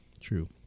true